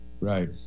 Right